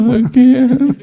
again